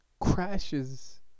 crashes